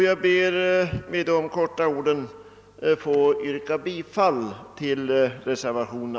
Jag ber med denna korta motivering få yrka bifall till reservationen.